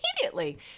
Immediately